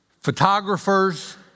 photographers